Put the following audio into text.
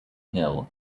hill